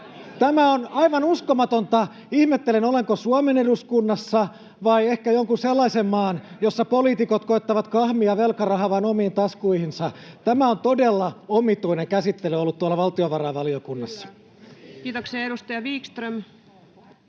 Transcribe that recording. Tämä on aivan uskomatonta. Ihmettelen, olenko Suomen eduskunnassa vai ehkä jonkun sellaisen maan, jossa poliitikot koettavat kahmia velkarahaa vain omiin taskuihinsa. [Juha Mäkelän välihuuto] Tämä on todella omituinen käsittely ollut tuolla valtiovarainvaliokunnassa. [Speech 33] Speaker: